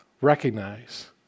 recognize